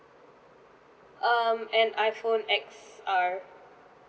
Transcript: um an iphone X R